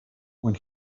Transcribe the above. when